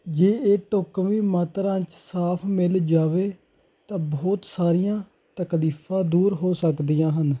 ਜੇ ਇਹ ਢੁੱਕਵੀਂ ਮਾਤਰਾ 'ਚ ਸਾਫ਼ ਮਿਲ ਜਾਵੇ ਤਾਂ ਬਹੁਤ ਸਾਰੀਆਂ ਤਕਲੀਫ਼ਾਂ ਦੂਰ ਹੋ ਸਕਦੀਆਂ ਹਨ